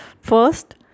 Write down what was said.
first